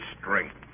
strength